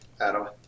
Adam